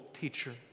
teacher